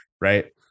Right